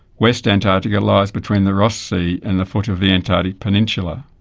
west antarctica lies between the ross sea and the foot of the antarctic peninsula.